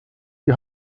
die